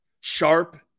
sharp